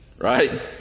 right